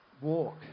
walk